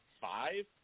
five